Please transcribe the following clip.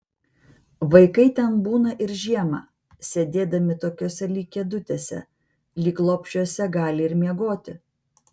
vaikai ten būna ir žiemą sėdėdami tokiose lyg kėdutėse lyg lopšiuose gali ir miegoti